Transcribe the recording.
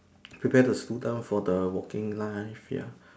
prepare the student for the working life ya